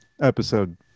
episode